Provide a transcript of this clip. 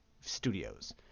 Studios